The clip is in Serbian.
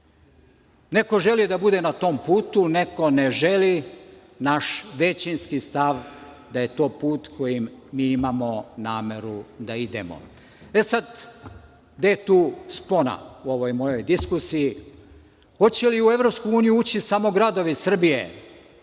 Neko želi da bude na tom putu, neko ne želi. Naš većinski stav da je to put kojim mi imamo nameru da idemo.E, sad, gde je tu spona u ovoj mojoj diskusiji? Hoće li u EU ući samo gradovi Srbije,